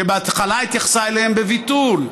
שבהתחלה התייחסה אליהם בביטול,